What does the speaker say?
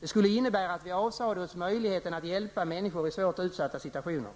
Det skulle innebära att vi avsade oss möjligheten att hjälpa människor i svårt utsatta situationer.